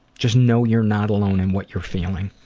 just know you're not alone in what you're feeling.